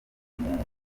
umuhungu